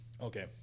Okay